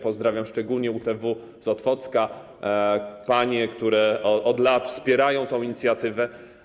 Pozdrawiam szczególnie UTW z Otwocka, panie, które od lat wspierają tę inicjatywę.